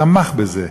תמך בזה,